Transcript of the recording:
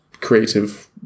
creative